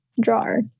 drawer